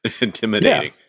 intimidating